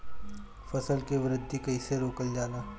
फसल के वृद्धि कइसे रोकल जाला?